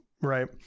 right